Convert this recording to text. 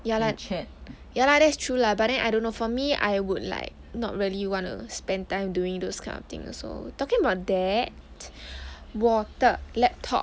ya lah ya lah that's true lah but then I don't know for me I would like not really wanna spend time during those kind of thing also talking about that 我的 laptop